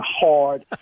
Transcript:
hard